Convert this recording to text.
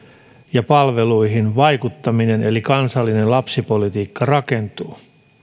ja palveluihin vaikuttaminen eli kansallinen lapsipolitiikka rakentuu